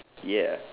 ya